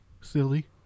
Silly